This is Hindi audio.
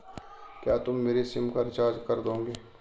क्या तुम मेरी सिम का रिचार्ज कर दोगे?